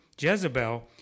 Jezebel